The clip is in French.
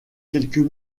quelques